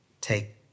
take